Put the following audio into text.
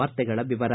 ವಾರ್ತೆಗಳ ವಿವರ